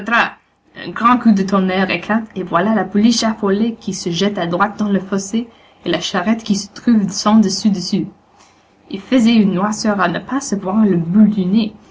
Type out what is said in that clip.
un grand coup de tonnerre éclate et voilà la pouliche affolée qui se jette à droite dans le fossé et la charrette qui se trouve sens dessus dessous il faisait une noirceur à ne pas se voir le bout du nez